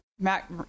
Mac